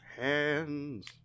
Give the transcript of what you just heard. Hands